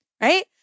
right